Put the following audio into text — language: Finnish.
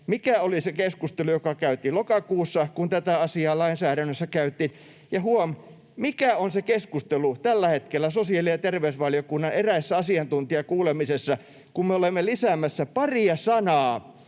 mikä oli se keskustelu, joka käytiin lokakuussa, kun tätä asiaa lainsäädännössä käytiin, ja, huom., mikä on se keskustelu tällä hetkellä eräissä sosiaali- ja terveysvaliokunnan asiantuntijakuulemisissa, kun me olemme lisäämässä paria sanaa